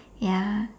ya